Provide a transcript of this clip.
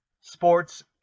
Sports